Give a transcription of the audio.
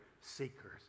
seekers